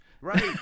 Right